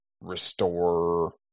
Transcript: restore